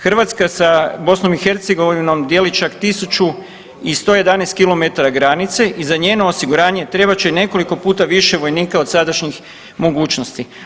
Hrvatska sa BiH dijeli čak 1.111 kilometara granice i za njeno osiguranje trebat će nekoliko puta više vojnika od sadašnjih mogućnosti.